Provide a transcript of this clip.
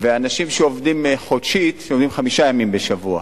ואנשים שעובדים חודשית, שעובדים חמישה ימים בשבוע.